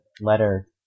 letter